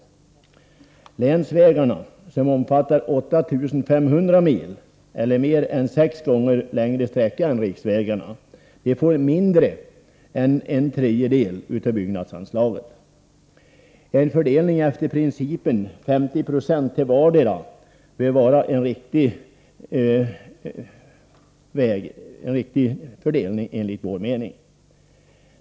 Länsvägarna, som omfattar 8 500 mil — eller en sträcka som är sex gånger längre än riksvägarna — får mindre än en tredjedel av byggnadsanslaget. En fördelning efter principen 50 2 till vardera bör enligt vår mening vara en riktig fördelning.